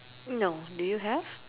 no do you have